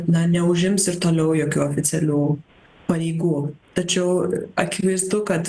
na neužims ir toliau jokių oficialių pareigų tačiau akivaizdu kad